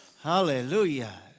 Hallelujah